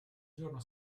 giorno